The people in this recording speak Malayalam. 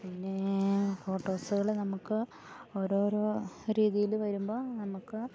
പിന്നേ ഫോട്ടോസുകൾ നമുക്ക് ഓരോരോ രീതിയിൽ വരുമ്പോൾ നമുക്ക്